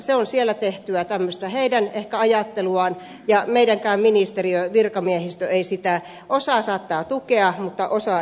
se on ehkä siellä tehtyä heidän ajatteluaan ja meidänkin ministeriössämme virkamiehistöstä sitä osa saattaa tukea mutta osa ei sitä tue